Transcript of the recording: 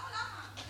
לא, למה?